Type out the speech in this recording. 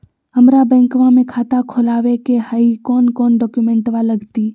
हमरा बैंकवा मे खाता खोलाबे के हई कौन कौन डॉक्यूमेंटवा लगती?